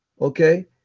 Okay